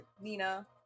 Nina